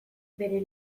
bere